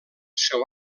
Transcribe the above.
seu